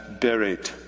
buried